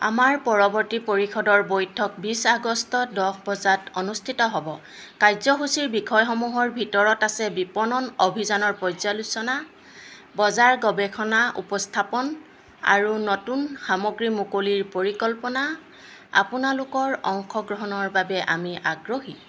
আমাৰ পৰৱৰ্তী পৰিষদৰ বৈঠক বিছ আগষ্টত দহ বজাত অনুষ্ঠিত হ 'ব কাৰ্যসূচীৰ বিষয়সমূহৰ ভিতৰত আছে বিপণন অভিযানৰ পৰ্যালোচনা বজাৰ গৱেষণা উপস্থাপন আৰু নতুন সামগ্ৰী মুকলিৰ পৰিকল্পনা আপোনালোকৰ অংশগ্ৰহণৰ বাবে আমি আগ্ৰহী